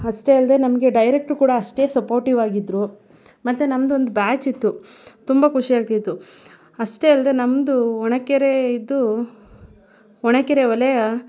ಅಷ್ಟೇ ಅಲ್ಲದೆ ನಮಗೆ ಡೈರೆಕ್ಟ್ರ್ ಕೂಡ ಅಷ್ಟೇ ಸಪೋರ್ಟಿವಾಗಿದ್ದರು ಮತ್ತೆ ನಮ್ದು ಒಂದು ಬ್ಯಾಚ್ ಇತ್ತು ತುಂಬ ಖುಷಿಯಾಗ್ತಿತ್ತು ಅಷ್ಟೇ ಅಲ್ಲದೆ ನಮ್ಮದು ಒಣ ಕೆರೆದು ಒಣಕೆರೆ ವಲಯ